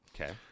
Okay